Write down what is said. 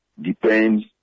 depends